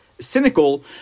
cynical